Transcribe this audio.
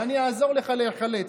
ואני אעזור לך להיחלץ.